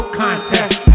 contest